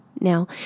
Now